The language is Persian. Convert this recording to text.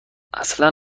اصلا